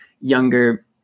younger